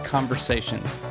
Conversations